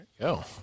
go